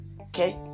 Okay